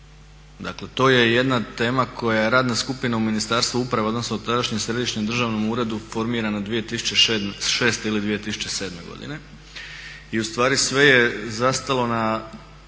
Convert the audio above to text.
Dakle to je jedna tema koju je radna skupina u Ministarstvu uprave, odnosno u tadašnjem Središnjem državnom uredu formirana 2006. ili 2007. godine. I ustvari sve je zastalo na